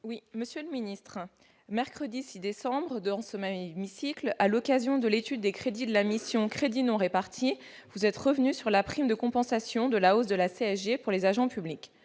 Monsieur le secrétaire d'État, mercredi 6 décembre, dans ce même hémicycle, à l'occasion de l'examen de la mission « Crédits non répartis », vous êtes revenu sur la prime de compensation de la hausse de la CSG pour les agents publics